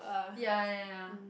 ya ya ya